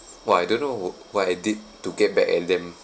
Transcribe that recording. !wah! I don't know what I did to get back at them